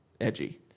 edgy